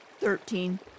Thirteen